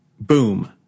Boom